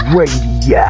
Radio